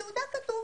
בתעודה כתוב,